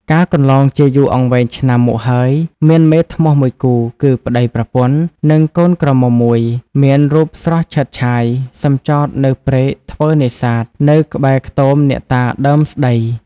កាលកន្លងជាយូរអង្វែងឆ្នាំមកហើយ មានមេធ្នស់មួយគូ គឺប្ដីប្រពន្ធ និងកូនក្រមុំមួយ មានរូបស្រស់ឆើតឆាយ សំចតនៅព្រែក ធ្វើនេសាទនៅក្បែរខ្ទមអ្នកតាដើមស្តី ។